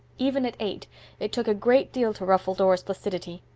even at eight it took a great deal to ruffle dora's placidity.